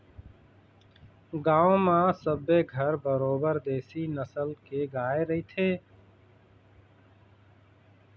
गांव म सबे घर बरोबर देशी नसल के गाय रहिथे